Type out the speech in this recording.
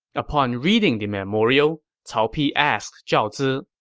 upon reading the memorial, cao pi asked zhao zi,